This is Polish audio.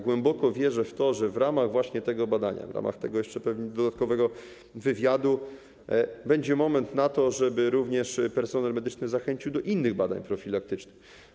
Głęboko wierzę w to, że w ramach właśnie tego badania, w ramach tego jeszcze pewnie dodatkowego wywiadu będzie moment na to, żeby również personel medyczny zachęcił do innych badan profilaktycznych.